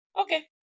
okay